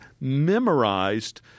memorized